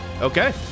Okay